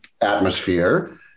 atmosphere